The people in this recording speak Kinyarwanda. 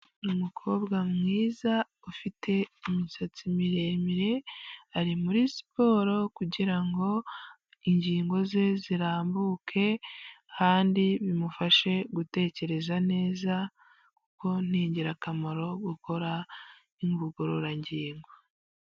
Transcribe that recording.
Umukobwa mwiza ufite imisatsi miremire, ari muri siporo kugira ngo ingingo ze zirambuke kandi bimufashe gutekereza neza kuko ni ingirakamaro gukora ingororangingo.